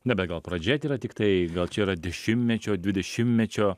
na bet gal pradžia tėra tiktai gal čia yra dešimtmečio dvidešimtmečio